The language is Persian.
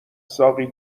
ساقی